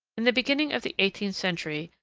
in the beginning of the eighteenth century,